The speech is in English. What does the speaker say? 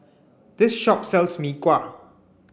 this shop sells Mee Kuah